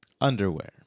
underwear